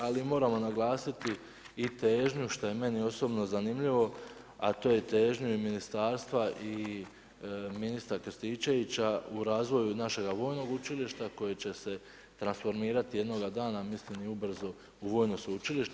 Ali moramo naglasiti i težnju što je meni osobno zanimljivo, a to je težnju i ministarstva i ministra Krstičevića u razvoju našeg vojnog učilišta koje će se transformirati jednoga dana mislim i ubrzo u vojno sveučilište.